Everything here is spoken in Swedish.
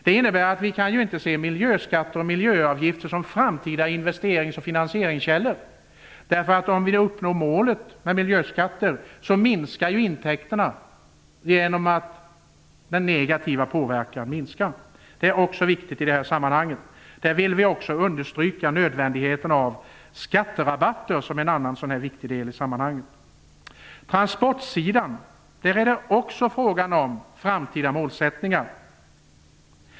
Det innebär att vi inte kan se miljöskatter och miljöavgifter som framtida investerings och finansieringskällor, därför att om vi uppnår målet med miljöskatter så minskar ju intäkterna genom att den negativa påverkan minskar. Vi vill också understryka nödvändigheten av skatterabatter, som är en annan viktig del i sammanhanget. På transportsidan är det också fråga om framtida målsättningar.